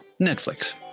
Netflix